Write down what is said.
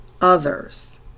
others